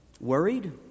Worried